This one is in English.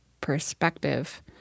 perspective